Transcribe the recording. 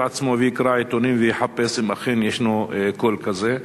עצמו ויקרא עיתונים ויחפש אם אכן יש קול כזה.